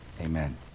amen